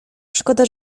szkoda